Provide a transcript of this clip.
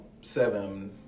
Seven